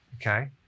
Okay